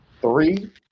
three